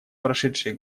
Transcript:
прошедшие